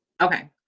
Okay